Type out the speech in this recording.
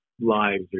lives